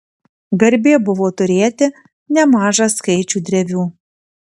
garbė buvo turėti nemažą skaičių drevių